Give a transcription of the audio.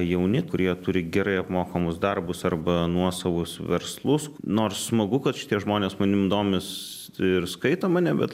jauni kurie turi gerai apmokamus darbus arba nuosavus verslus nors smagu kad šitie žmonės manim domis ir skaito mane bet